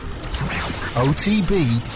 OTB